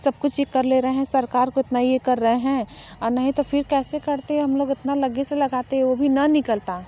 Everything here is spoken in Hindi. सब कुछ ही कर ले रहें सरकार को इतना यह कर रहे हैं और नहीं तो फिर कैसे करते हम लोग इतना लगे से लगाते वह भी न निकलता